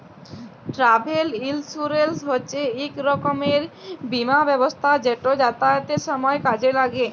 travel insurance হছে ইক রকমের বীমা ব্যবস্থা যেট যাতায়াতের সময় কাজে ল্যাগে